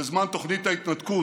בזמן תוכנית ההתנתקות.